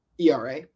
ERA